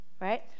right